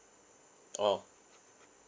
oh